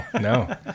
no